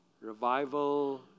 revival